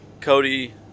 Cody